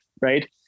right